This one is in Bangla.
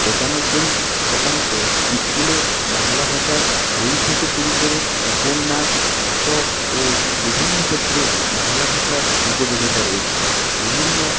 পঁচানব্বই শতাংশ ইস্কুলে বাংলা ভাষার বই থেকে শুরু করে উপন্যাস নাটক ও বিভিন্ন ক্ষেত্রে বাংলা ভাষার উপযোগিতা রয়েছে বিভিন্ন